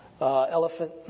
Elephant